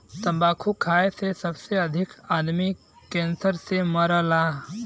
तम्बाकू खाए से सबसे अधिक आदमी कैंसर से मरला